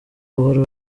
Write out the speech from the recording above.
uhora